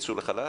יצאו לחל"ת?